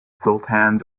sultanas